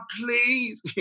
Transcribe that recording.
please